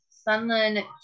Sunland